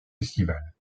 estivale